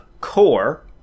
core